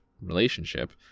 relationship